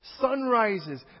sunrises